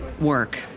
work